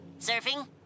surfing